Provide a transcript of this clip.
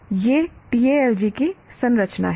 यह TALG की संरचना है